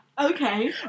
Okay